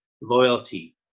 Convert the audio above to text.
loyalty